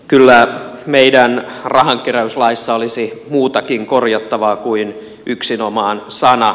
kyllä meidän rahankeräyslaissa olisi muutakin korjattavaa kuin yksinomaan sana